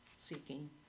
seeking